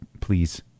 please